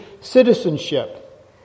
citizenship